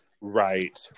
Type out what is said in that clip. Right